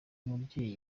mubyeyi